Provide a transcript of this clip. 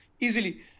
Easily